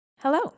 Hello